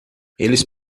eles